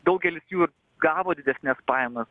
daugelis jų ir gavo didesnes pajamas